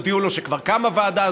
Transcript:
שהודיעו לו שכבר קמה ועדה,